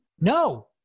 No